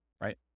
right